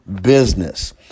business